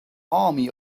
army